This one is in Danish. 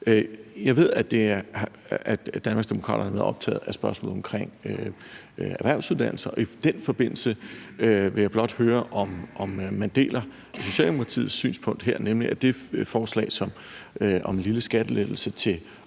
Jeg ved, at Danmarksdemokraterne har været optaget af spørgsmålet om erhvervsuddannelser. I den forbindelse vil jeg blot høre, om man deler Socialdemokratiets synspunkt her i forhold til det forslag, som kom fra Liberal